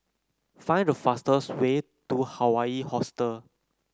find the fastest way to Hawaii Hostel